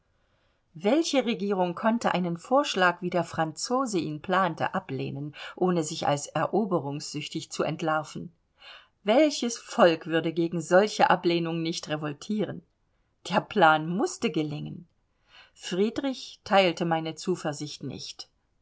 welche regierung konnte einen vorschlag wie der franzose ihn plante ablehnen ohne sich als eroberungssüchtig zu entlarven welches volk würde gegen solche ablehnung nicht revoltieren der plan mußte gelingen friedrich teilte meine zuversicht nicht